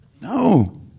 No